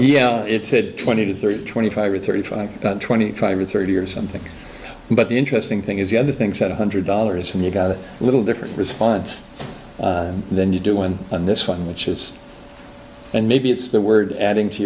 yeah it said twenty three twenty five or thirty five twenty five or thirty or something but the interesting thing is the other thing said one hundred dollars and you got a little different response than you do one on this one which is and maybe it's the word adding to